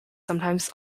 sometimes